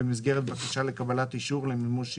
במסגרת בקשה לקבלת אישור למימוש שעבוד,